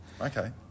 Okay